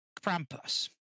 Krampus